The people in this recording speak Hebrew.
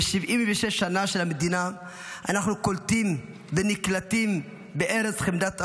ב-76 שנה של המדינה אנחנו קולטים ונקלטים בארץ חמדת אבות,